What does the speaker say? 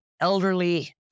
elderly